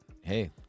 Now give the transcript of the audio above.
hey